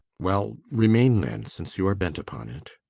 well, remain then, since you are bent upon it.